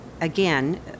again